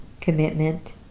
commitment